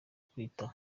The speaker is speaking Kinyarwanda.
kwita